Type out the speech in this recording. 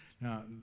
now